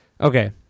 okay